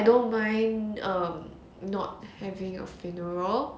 I don't mind um not having a funeral